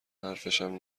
حرفشم